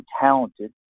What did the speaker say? talented